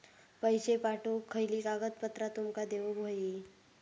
पैशे पाठवुक खयली कागदपत्रा तुमका देऊक व्हयी?